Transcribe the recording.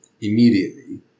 immediately